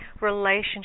relationship